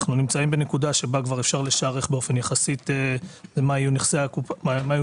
אנחנו נמצאים בנקודה שבה כבר אפשר לשערך באופן יחסי מה היו נכסי הקופה,